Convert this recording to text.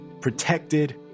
protected